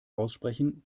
aussprechen